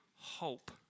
hope